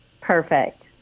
Perfect